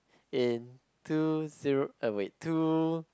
in two zero uh wait two